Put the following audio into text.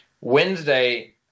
Wednesday